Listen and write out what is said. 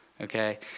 Okay